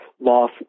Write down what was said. loss